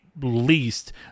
least